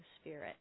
spirit